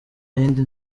yindi